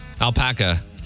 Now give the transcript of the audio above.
Alpaca